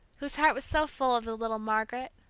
whose heart was so full of the little margaret!